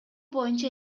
боюнча